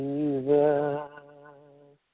Jesus